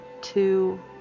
two